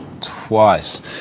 twice